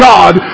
God